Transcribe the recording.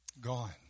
gone